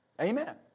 Amen